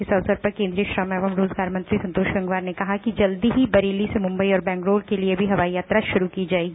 इस अवसर पर केंद्रीय श्रम और रोजगार मंत्री संतोष गंगवार ने कहा कि जल्द बरेली से मुंबई और बंगलोर के लिए भी हवाई यात्रा शुरू की जाएगी